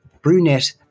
brunette